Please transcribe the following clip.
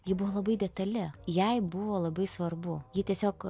ji buvo labai detali jai buvo labai svarbu ji tiesiog